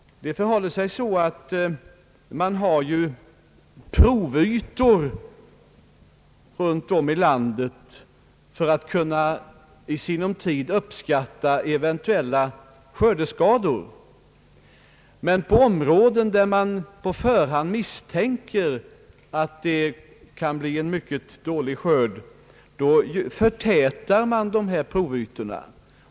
Man har s.k. provytor runt om i landet för att i sinom tid kunna uppskatta eventuella skördeskador. I områden där man på förhand misstänker att det kan bli en mycket dålig skörd förtätar man antalet provytor.